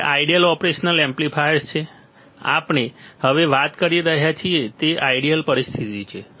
તે ideal operational amplifiers જે આપણે હવે વાત કરી રહ્યા છીએ તે આઇડિયલ પરિસ્થિતિ છે